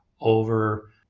over